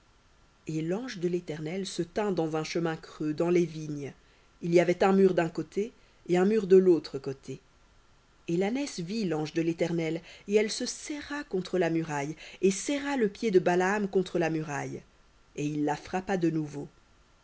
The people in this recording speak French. et l'ange de l'éternel se tint dans un chemin creux dans les vignes il y avait un mur d'un côté et un mur de l'autre côté et l'ânesse vit l'ange de l'éternel et elle se serra contre la muraille et serra le pied de balaam contre la muraille et il la frappa de nouveau